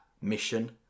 mission